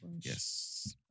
yes